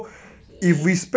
okay